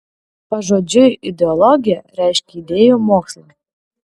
pažodžiui ideologija reiškia idėjų mokslą